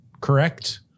correct